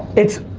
it's